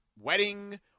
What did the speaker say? wedding